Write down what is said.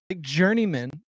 journeyman